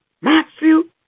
Matthew